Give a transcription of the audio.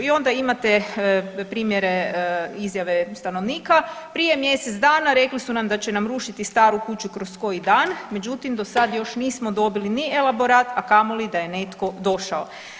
I onda imate primjere izjave stanovnika prije mjesec dana rekli su nam da će nam rušiti staru kuću kroz koji dan, međutim do sad još nismo dobili ni elaborat, a kamoli da je netko došao.